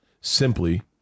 simply